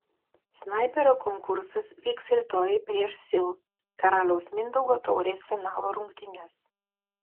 snaiperio konkursas vyks rytoj prieš sil karaliaus mindaugo taurės finalo rungtynes